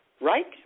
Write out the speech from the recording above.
Right